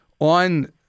on